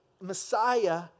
Messiah